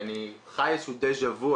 כי אני חי איזשהו דז'ה וו,